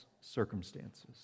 circumstances